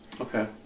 Okay